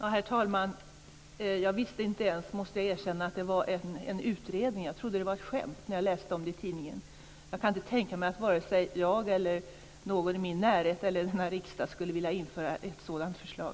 Herr talman! Jag visste inte ens, måste jag erkänna, att det var en utredning. Jag trodde att det var ett skämt när jag läste om det i tidningen. Jag kan inte tänka mig att vare sig jag, någon i min närhet eller någon i denna riksdag skulle vilja införa ett sådant förslag.